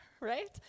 right